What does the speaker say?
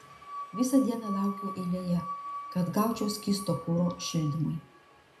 visą dieną laukiau eilėje kad gaučiau skysto kuro šildymui